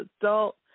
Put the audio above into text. adult